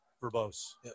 verbose